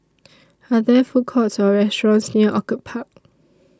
Are There Food Courts Or restaurants near Orchid Park